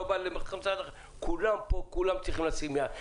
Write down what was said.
כולם צריכים לשים יד.